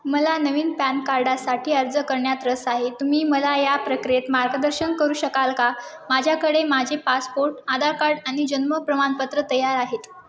मला नवीन पॅन कार्डासाठी अर्ज करण्यात रस आहे तुम्ही मला या प्रक्रियेत मार्गदर्शन करू शकाल का माझ्याकडे माझे पासपोर्ट आधार कार्ड आणि जन्म प्रमाणपत्र तयार आहेत